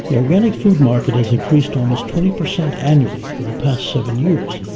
yeah organic food market has increased almost twenty percent annually for the past seven years,